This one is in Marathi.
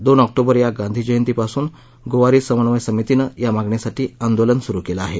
दोन ऑक्टोबर या गांधी जयंती पासून गोवरी समन्वय समितीनं या मागणीसाठी आंदोलन सुरू केलं आहे